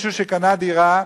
מישהו קנה דירה,